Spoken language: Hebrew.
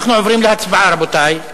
אנחנו עוברים להצבעה, רבותי,